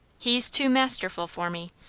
he's too masterful for me.